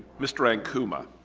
mr ankuma